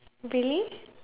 really